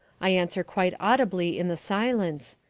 i answer quite audibly in the silence,